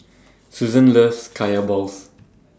Susan loves Kaya Balls